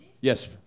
Yes